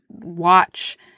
watch